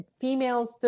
females